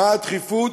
מה הדחיפות